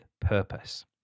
purpose